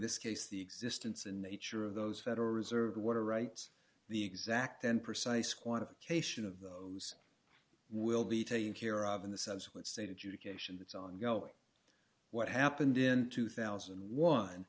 this case the existence and nature of those federal reserve water rights the exact and precise quantification of those will be taken care of in the subsequent state education that's ongoing what happened in two thousand